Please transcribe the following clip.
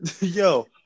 Yo